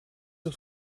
het